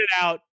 out